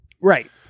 Right